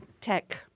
tech